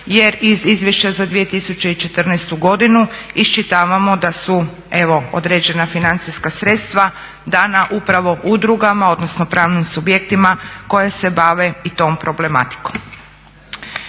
jer iz izvješća za 2014. godinu iščitavamo da su evo određena financijska sredstva dana upravo udrugama, odnosno pravnim subjektima koja se bave i tom problematikom.